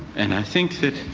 and i think that